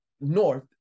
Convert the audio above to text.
north